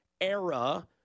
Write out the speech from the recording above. era